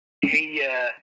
Hey